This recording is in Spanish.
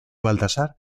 baltasar